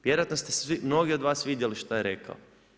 Vjerojatno ste mnogi od vas vidjeli što je rekao.